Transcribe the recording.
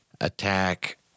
attack